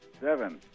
Seven